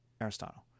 Aristotle